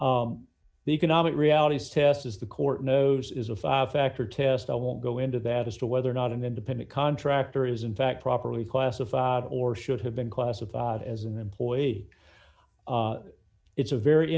the economic realities test as the court knows is a fact or test i won't go into that as to whether or not an independent contractor is in fact properly classified or should have been classified as an employee it's a very